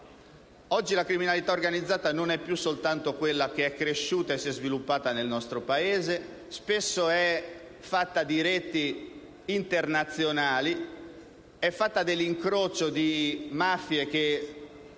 Oggi la criminalità organizzata non è più soltanto quella che è cresciuta e si è sviluppata nel nostro Paese. Spesso è fatta di reti internazionali, dell'incrocio di mafie che